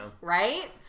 right